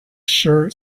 shirt